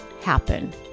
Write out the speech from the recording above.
happen